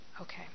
Okay